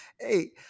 Hey